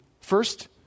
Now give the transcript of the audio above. First